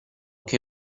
che